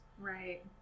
Right